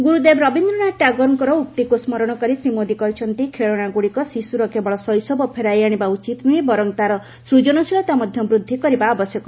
ଗୁରୁଦେବ ରବୀନ୍ଦ୍ରନାଥ ଟାଗୋରଙ୍କ ଉକ୍ତିକୁ ସ୍କରଶକରି ଶ୍ରୀ ମୋଦି କହିଛନ୍ତି ଖେଳନାଗୁଡ଼ିକ ଶିଶୁର କେବଳ ଶୈଶବ ଫେରାଇଆଣିବା ଉଚିତ୍ ନୁହେଁ ବର୍ଚ୍ଚ ତା'ର ସୃଜନଶୀଳତା ମଧ୍ୟ ବୃଦ୍ଧି କରିବା ଆବଶ୍ୟକ